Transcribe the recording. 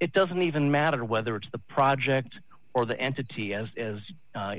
it doesn't even matter whether it's the project or the entity as as